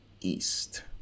East